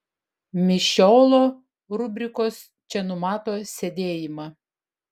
mišiolo rubrikos čia numato sėdėjimą